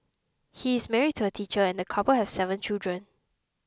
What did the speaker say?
he is married to a teacher and the couple have seven children